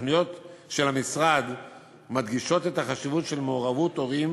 ההתניות של המשרד מדגישות את החשיבות של מעורבות הורים,